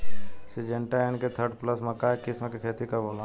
Syngenta N K thirty plus मक्का के किस्म के खेती कब होला?